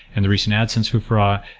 and the recent adsense foofaraw,